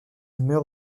meurt